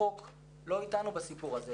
החוק לא איתנו בסיפור הזה,